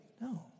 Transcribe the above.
No